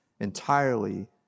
entirely